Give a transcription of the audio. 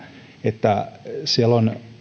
että siellä on